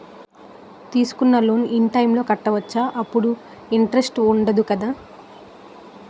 తీసుకున్న loan in time లో కట్టవచ్చ? అప్పుడు ఇంటరెస్ట్ వుందదు కదా?